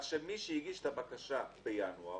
מי שהגיש את הבקשה בינואר,